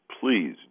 please